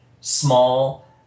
small